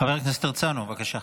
חבר הכנסת הרצנו, בבקשה.